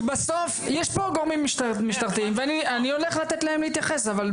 נמצאים כאן גורמים משטרתיים והם יתייחסו.